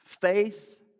Faith